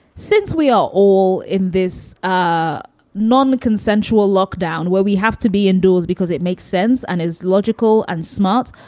since we are all in this ah nonconsensual lockdown where we have to be indoors because it makes sense and is logical and smart,